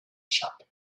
shop